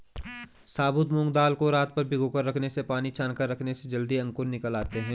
साबुत मूंग दाल को रातभर भिगोकर रखने से पानी छानकर रखने से जल्दी ही अंकुर निकल आते है